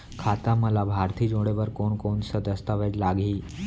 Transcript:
खाता म लाभार्थी जोड़े बर कोन कोन स दस्तावेज लागही?